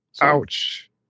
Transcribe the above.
Ouch